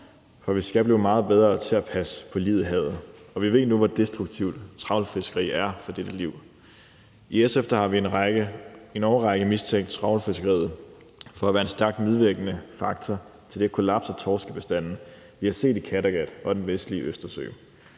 For vi skal blive meget bedre til at passe på livet i havet, og vi ved nu, hvor destruktivt trawlfiskeri er for dette liv. I SF har vi i en årrække mistænkt trawlfiskeriet for at være en stærkt medvirkende faktor i det kollaps af torskebestanden, vi har set i Kattegat og i den vestlige Østersø.